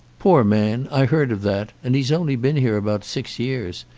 poor man. i heard of that and he's only been here about six years.